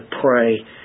pray